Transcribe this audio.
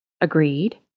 Agreed